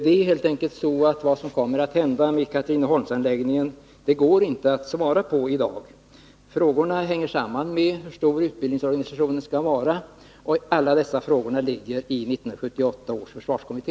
Det är helt enkelt så, att det i dag inte går att säga vad som kommer att hända med Katrineholmsanläggningen. Frågorna hänger samman med hur stor utbildningsorganisationen skall vara, och alla dessa frågor behandlas av 1978 års försvarskommitté.